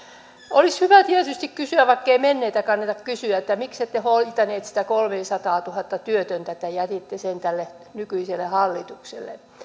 olisi hyvä tietysti kysyä vaikkei menneitä kannata kysyä miksette hoitaneet niitä kolmesataatuhatta työtöntä jätitte sen tälle nykyiselle hallitukselle